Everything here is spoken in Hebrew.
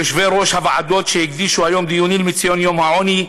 ליושבי-ראש הוועדות שהקדישו היום דיונים לציון יום העוני,